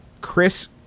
Chris